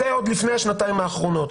זה היה עוד לפני השנתיים האחרונות.